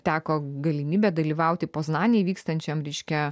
teko galimybė dalyvauti poznanėj vykstančiam reiškia